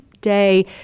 day